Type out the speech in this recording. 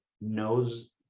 knows